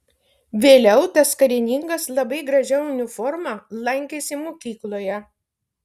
vėliau tas karininkas labai gražia uniforma lankėsi mokykloje